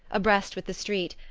abreast with the street,